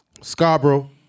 Scarborough